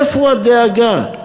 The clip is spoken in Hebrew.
איפה הדאגה?